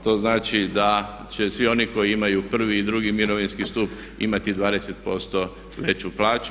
To znači da će svi oni koji imaju prvi i drugi mirovinski stup imati 20% veću plaću.